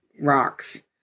rocks